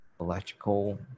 electrical